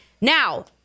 Now